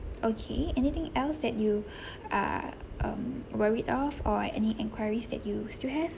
okay anything else that you are um worried of or any inquiries that you still have